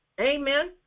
Amen